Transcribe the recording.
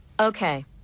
Okay